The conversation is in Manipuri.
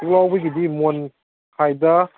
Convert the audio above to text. ꯄꯨꯛꯂꯥꯎꯕꯤꯒꯤꯗꯤ ꯃꯣꯟꯈꯥꯏꯗ